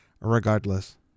regardless